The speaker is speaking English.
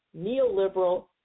neoliberal